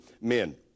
men